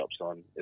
on